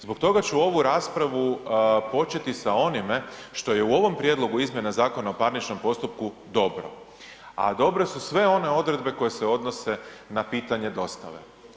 Zbog toga ću ovu raspravu početi sa onime što je u ovom Prijedlogu izmjena Zakona o parničnom postupku dobro, a dobre su sve one odredbe koje se odnose na pitanje dostave.